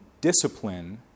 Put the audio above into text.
discipline